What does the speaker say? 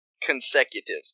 consecutive